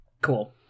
Cool